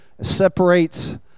separates